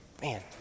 man